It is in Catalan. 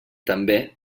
també